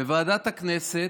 בוועדת הכנסת,